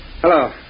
Hello